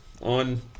on